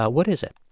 ah what is it?